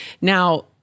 Now